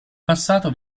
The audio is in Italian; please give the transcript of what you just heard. passato